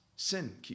Sin